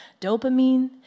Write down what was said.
dopamine